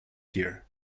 here